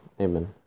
Amen